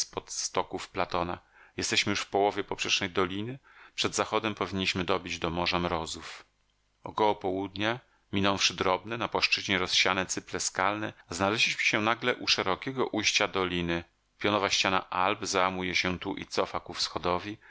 pod stoków platona jesteśmy już w połowie poprzecznej doliny przed zachodem powinniśmy dobić do morza mrozów około południa minąwszy drobne na płaszczyźnie rozsiane cyple skalne znaleźliśmy się nagle u szerokiego ujścia doliny pionowa ściana alp załamuje się tu i cofa ku